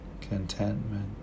contentment